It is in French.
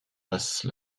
passe